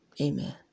Amen